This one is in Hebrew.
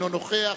אינו נוכח,